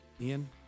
Ian